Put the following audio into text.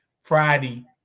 Friday